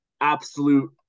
absolute